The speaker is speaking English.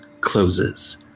closes